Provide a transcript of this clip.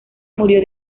murió